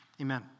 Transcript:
Amen